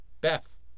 Beth